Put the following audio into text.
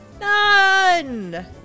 NONE